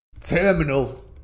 Terminal